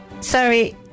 sorry